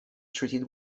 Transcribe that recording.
treated